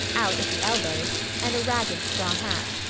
out at the elbows, and a ragged straw hat.